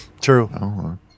True